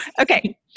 Okay